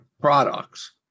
products